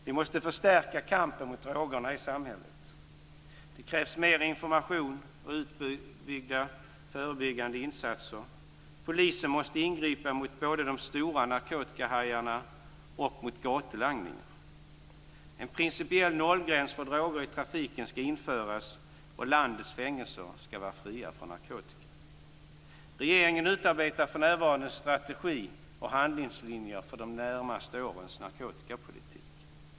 Vi måste förstärka kampen mot drogerna i samhället. Det krävs mer information och utbyggda förebyggande insatser. Polisen måste ingripa både mot de stora narkotikahajarna och mot gatulangningen. En principiell nollgräns för droger i trafiken skall införas. Och landets fängelser skall vara fria från narkotika. Regeringen utarbetar för närvarande en strategi och handlingslinjer för de närmaste årens narkotikapolitik.